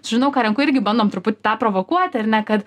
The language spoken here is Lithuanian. žinau ką renku irgi bandom truputį tą provokuoti ar ne kad